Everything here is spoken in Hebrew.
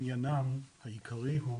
עניינם העיקרי הוא